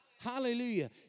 Hallelujah